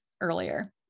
earlier